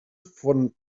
von